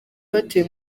batuye